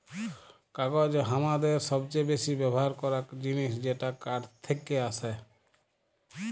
কাগজ হামাদের সবচে বেসি ব্যবহার করাক জিনিস যেটা কাঠ থেক্কে আসেক